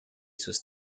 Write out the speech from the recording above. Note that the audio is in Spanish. sus